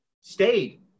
stayed